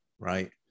right